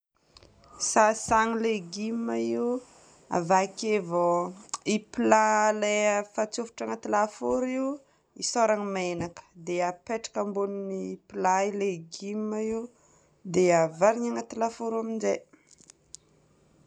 Sasana légume io, avake vao i plat ilay efa atsofotra agnaty lafaoro io, isôragna menaka, dia apetraka ambonin'ny plat io légume io, dia avarigny agnaty lafaoro aminjay.